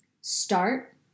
Start